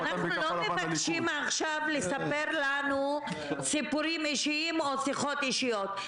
אנחנו לא מבקשים עכשיו לספר לנו סיפורים אישיים או שיחות אישיות.